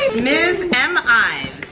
ms. m. ives.